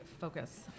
focus